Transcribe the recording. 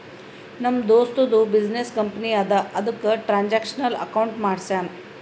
ನಮ್ ದೋಸ್ತದು business company ಅದಾ ಅದುಕ್ಕ ಟ್ರಾನ್ಸ್ಅಕ್ಷನಲ್ ಅಕೌಂಟ್ ಮಾಡ್ಸ್ಯಾನ್